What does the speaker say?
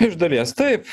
iš dalies taip